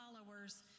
followers